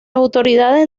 autoridades